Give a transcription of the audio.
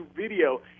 video